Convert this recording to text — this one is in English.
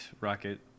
Rocket